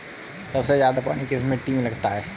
सबसे ज्यादा पानी किस मिट्टी में लगता है?